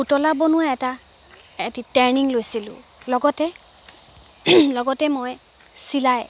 পুতলা বনোৱা এটা এটি ট্ৰেইনিং লৈছিলোঁ লগতে লগতে মই চিলাই